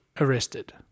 arrested